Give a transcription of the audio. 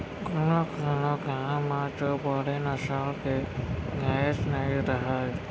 कोनों कोनों गॉँव म तो बड़े नसल के गायेच नइ रहय